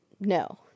no